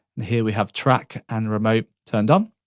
and here we have track and remote turned on.